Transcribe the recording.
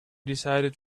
decided